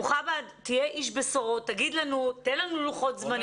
מוחמד, תהיה איש בשורות, תן לנו לוחות זמנים.